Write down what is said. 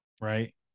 Right